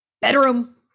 bedroom